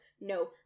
No